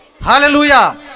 Hallelujah